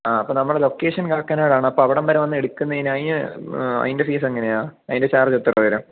ആ അപ്പം നമ്മുടെ ലൊക്കേഷൻ കാക്കനാടാണ് അപ്പം അവിടം വരെ വന്ന് എടുക്കുന്നതിന് അതിന് അതിൻ്റെ ഫീസ് എങ്ങനെയാ അതിൻ്റെ ചാർജ് എത്ര വരും